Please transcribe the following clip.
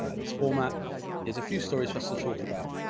ah this format is a few stories for us to talk about.